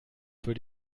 für